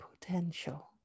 potential